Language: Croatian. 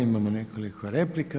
Imamo nekoliko replika.